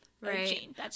right